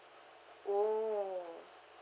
oh